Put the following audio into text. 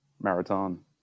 Marathon